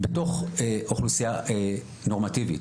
בתוך אוכלוסייה נורמטיבית,